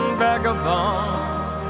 vagabonds